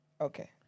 Okay